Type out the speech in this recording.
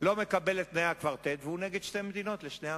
לא מקבל את תנאי הקוורטט והוא נגד שתי מדינות לשני עמים.